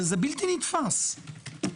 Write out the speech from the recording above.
בלתי נתפס.